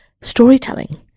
storytelling